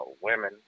women